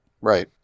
Right